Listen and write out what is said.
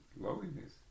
lowliness